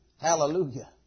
Hallelujah